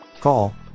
Call